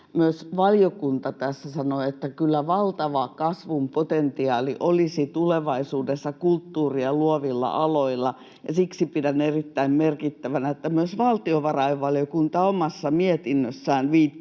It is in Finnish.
myös valiokunta tässä sanoo, että kyllä valtava kasvun potentiaali olisi tulevaisuudessa kulttuuria luovilla aloilla. Siksi pidän erittäin merkittävänä, että myös valtiovarainvaliokunta omassa mietinnössään viittaa